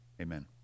Amen